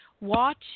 watch